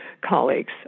colleagues